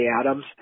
Adams